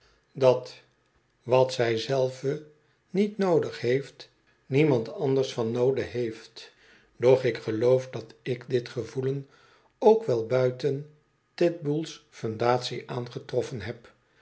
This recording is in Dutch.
dat wat zij zelve niet noodig heeft niemand anders van noode heeft doch ik geloof dat ik dit gevoelen ook wel buiten titbull's fundatie aangetroffen heb